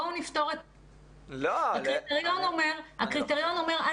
בוא נפתור את --- הקריטריון אומר: אל